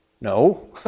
No